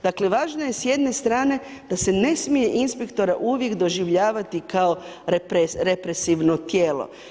Dakle važno je s jedne strane da se ne smije inspektora uvijek doživljavati kao represivno tijelo.